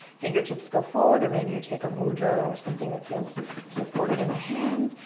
fingertips go forward or maybe you take a mudra or something that feels supportive in the hands.